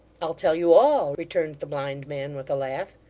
i'll tell you all returned the blind man, with a laugh.